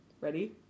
Ready